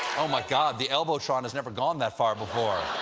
oh, my god, the elbow-tron has never gone that far before.